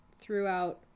throughout